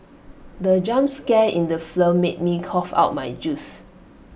the jump scare in the flow made me cough out my juice